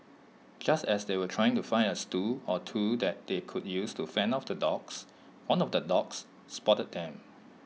just as they were trying to find as tool or two that they could use to fend off the dogs one of the dogs spotted them